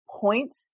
points